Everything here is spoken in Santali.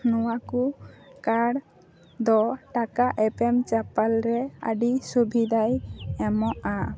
ᱱᱚᱣᱟ ᱠᱚ ᱠᱟᱨᱰ ᱫᱚ ᱴᱟᱠᱟ ᱮᱯᱮᱢ ᱪᱟᱯᱟᱞ ᱨᱮ ᱟᱹᱰᱤ ᱥᱩᱵᱤᱫᱟᱭ ᱮᱢᱚᱜᱼᱟ